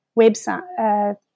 website